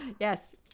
yes